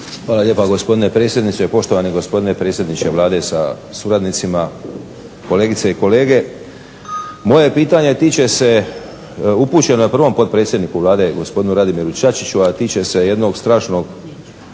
Hvala lijepa, gospodine predsjedniče. Poštovani gospodine predsjedniče Vlade sa suradnicima, kolegice i kolege. Moje pitanje upućeno je prvom potpredsjedniku Vlade gospodinu Radimiru Čačiću, a tiče se jednog strašnog